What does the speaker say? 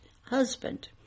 husband